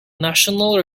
national